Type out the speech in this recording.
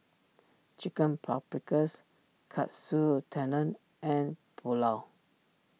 Chicken Paprikas Katsu Tendon and Pulao